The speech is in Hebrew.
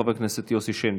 חבר הכנסת יוסי שיין,